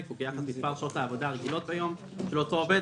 הוא כיחס מספר שעות העבודה הרגילות ביום של אותו עובד,